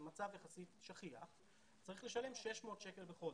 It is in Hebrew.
מצב יחסית שכיח - צריך לשלם 600 שקלים בחודש.